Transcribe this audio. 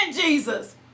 jesus